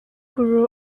guru